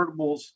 Convertibles